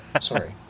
sorry